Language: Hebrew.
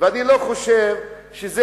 ולא חושב שיש